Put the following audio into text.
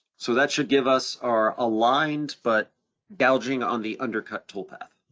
so that should give us our aligned, but gouging on the undercut toolpath.